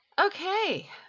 Okay